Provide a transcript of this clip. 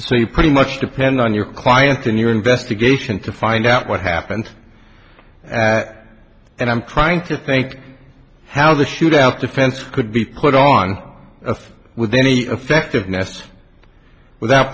so you pretty much depend on your client in your investigation to find out what happened at and i'm trying to think how the shoot out defense could be put on with any effectiveness without